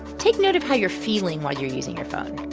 take note of how you're feeling while you're using your phone.